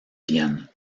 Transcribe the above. vienne